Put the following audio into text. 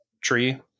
tree